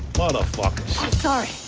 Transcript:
motherfuckers. i'm sorry.